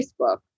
Facebook